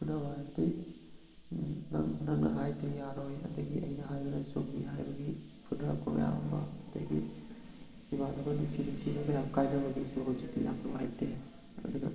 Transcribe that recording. ꯐꯨꯅꯕ ꯍꯥꯏꯕꯗꯤ ꯅꯪ ꯅꯪꯅ ꯍꯥꯏꯔꯤꯗꯣ ꯌꯥꯔꯣꯏ ꯑꯗꯒꯤ ꯑꯩꯅ ꯍꯥꯏꯕꯅ ꯆꯨꯝꯃꯤ ꯍꯥꯏꯕꯒꯤ ꯐꯨꯟꯅꯔꯛꯄ ꯃꯌꯥꯝ ꯑꯃ ꯑꯗꯗꯤ ꯏꯃꯥꯟꯅꯕ ꯅꯨꯡꯁꯤ ꯅꯨꯡꯁꯤꯕ ꯃꯌꯥꯝ ꯀꯥꯏꯅꯕꯒꯤꯁꯨ ꯍꯧꯖꯤꯛꯇꯤ ꯌꯥꯝ ꯅꯨꯡꯉꯥꯏꯇꯦ ꯑꯗꯨꯅ